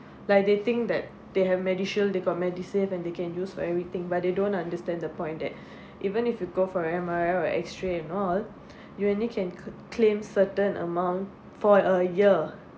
like they think that they have MediShield they got MediSave and they can use for everything but they don't understand the point that even if you go for M_R_I or X-ray and all you only can could claim certain amount for a year